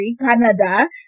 Canada